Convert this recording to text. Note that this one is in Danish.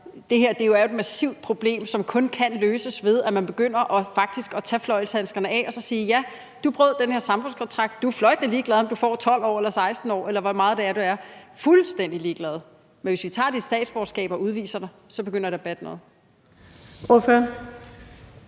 det her er jo et massivt problem, som kun kan løses, ved at man faktisk begynder at tage fløjlshandskerne af og siger: Ja, du brød den her samfundskontrakt, og du er fløjtende ligeglad med, om du får 12 år eller 16 år, eller hvor meget det er – fuldstændig ligeglad – men hvis vi tager dit statsborgerskab og udviser dig, begynder det at batte noget.